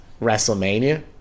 wrestlemania